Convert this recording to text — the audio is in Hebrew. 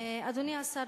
אדוני השר,